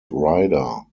ryder